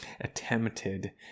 attempted